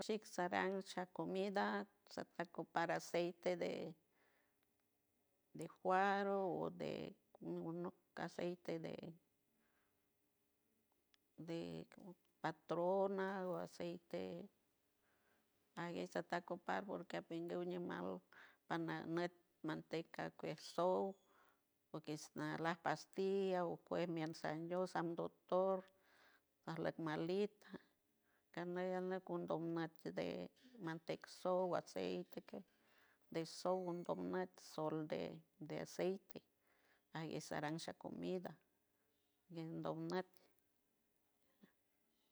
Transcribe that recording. Ashix saraan sha comida shat cancupar aceite de farol o den aceite deee patrona o aceite de agueisatacupar porque opendeigiaundein panañat manteca quisouou porque nasla pastilla okuer miensandioy san doctor parlajmalita carneya anac cundon maitedi mantecsouo aceiteque de sogundou matzeid solo de aceite parasharendays comida endoynmat